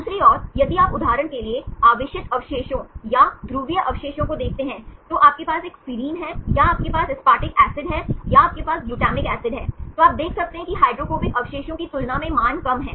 दूसरी ओर यदि आप उदाहरण के लिए आवेशित अवशेषों या ध्रुवीय अवशेषों को देखते हैं तो आपके पास एक सेरीन है या आपके पास एसपारटिक एसिड है या आपके पास ग्लूटामिक एसिड है तो आप देख सकते हैं कि हाइड्रोफोबिक अवशेषों की तुलना में मान कम हैं